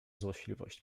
złośliwość